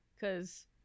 cause